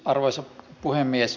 arvoisa puhemies